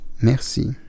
Merci